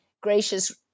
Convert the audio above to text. gracious